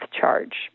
charge